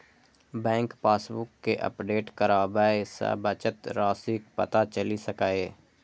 bank passbook कें update कराबय सं बचत राशिक पता चलि सकैए